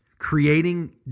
Creating